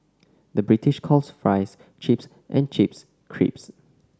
the British calls fries chips and chips crisps